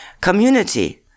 community